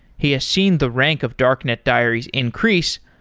he has seeing the rank of darknet diaries increase,